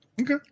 Okay